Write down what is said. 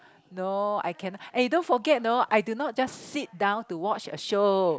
no I can eh don't forget know I do not just sit down to watch a show